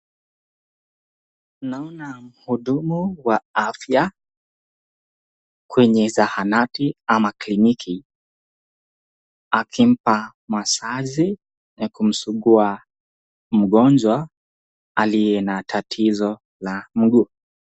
Naona mhudumu wa afya kwenye zahanati ama kliniki akimpa masaji ya kumsugua mgonjwa aliye na tatizo la mguu.